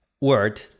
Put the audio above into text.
word